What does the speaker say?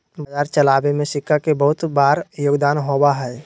बाजार चलावे में सिक्का के बहुत बार योगदान होबा हई